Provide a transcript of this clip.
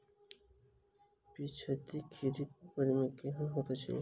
पिछैती खरीफ मे उपज केहन होइत अछि?